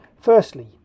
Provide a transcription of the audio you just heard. Firstly